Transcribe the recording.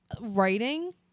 Writing